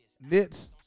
Nits